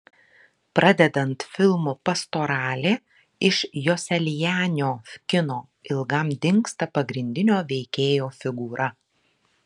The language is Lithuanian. pradedant filmu pastoralė iš joselianio kino ilgam dingsta pagrindinio veikėjo figūra